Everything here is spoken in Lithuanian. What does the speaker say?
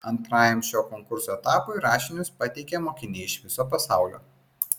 antrajam šio konkurso etapui rašinius pateikia mokiniai iš viso pasaulio